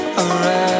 alright